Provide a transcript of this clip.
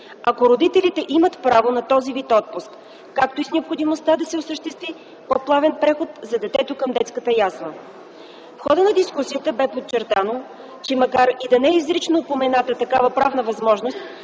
ако родителите имат право на този вид отпуск, както и с необходимостта да се осъществи по-плавен преход за детето към детската ясла. В хода на дискусията бе подчертано, че макар и да не е изрично упомената, такава правна възможност